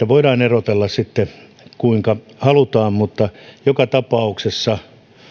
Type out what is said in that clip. voidaan erotella sitten kuinka halutaan mutta joka tapauksessa